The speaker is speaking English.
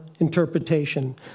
interpretation